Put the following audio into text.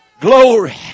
Glory